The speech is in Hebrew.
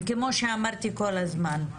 וכמו שאמרתי כל הזמן,